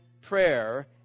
prayer